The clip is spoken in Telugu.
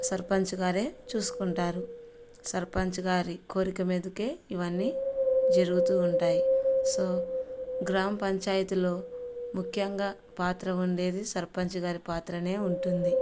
సర్పంచ్ గారే చూసుకుంటారు సర్పంచ్ గారి కోరిక మీదకే ఇవన్నీ జరుగుతూ ఉంటాయి సో గ్రామ పంచాయతీలో ముఖ్యంగా పాత్ర ఉండేది సర్పంచ్ గారి పాత్రనే ఉంటుంది